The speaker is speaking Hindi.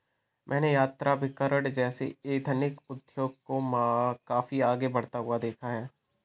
मैंने यात्राभिकरण जैसे एथनिक उद्योग को काफी आगे बढ़ता हुआ देखा है